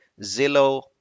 Zillow